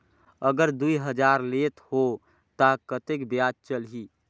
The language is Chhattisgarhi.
अगर दुई हजार लेत हो ता कतेक ब्याज चलही?